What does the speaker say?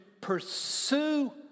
pursue